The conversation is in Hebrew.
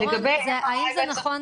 האם זה נכון